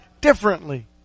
differently